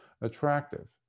attractive